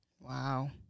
Wow